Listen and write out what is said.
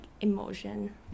emotion